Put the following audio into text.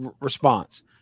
response